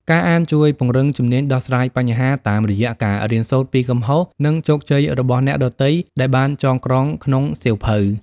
ការអានជួយពង្រឹងជំនាញដោះស្រាយបញ្ហា តាមរយៈការរៀនសូត្រពីកំហុស និងជោគជ័យរបស់អ្នកដទៃដែលបានចងក្រងក្នុងសៀវភៅ។